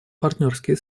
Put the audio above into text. партнерские